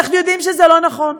אנחנו יודעים שזה לא נכון.